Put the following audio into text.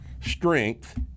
strength